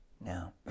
Now